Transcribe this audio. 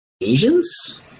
Asians